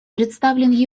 представлен